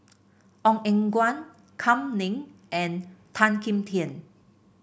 Ong Eng Guan Kam Ning and Tan Kim Tian